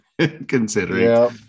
considering